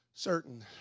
Certain